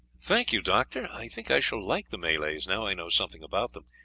thank you, doctor i think i shall like the malays now i know something about them.